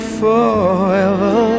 forever